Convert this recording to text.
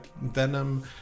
venom